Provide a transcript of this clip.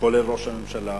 כולל ראש הממשלה,